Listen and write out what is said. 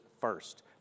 first